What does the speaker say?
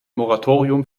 moratorium